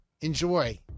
enjoy